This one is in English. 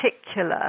particular